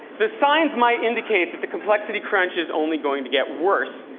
the signs might indicate that the complexity crunch is only going to get worse.